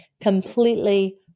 completely